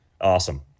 Awesome